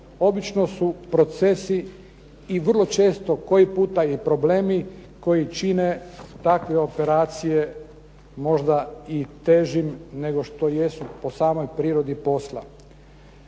obično su procesi i vrlo često koji puta i problemi koji čine takve operacije možda i težim nego što jesu po samoj prirodi posla.